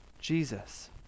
Jesus